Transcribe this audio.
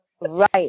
Right